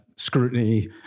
scrutiny